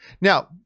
Now